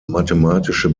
mathematische